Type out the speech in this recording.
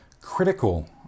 critical